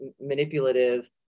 manipulative